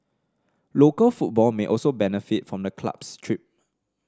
local football may also benefit from the club's trip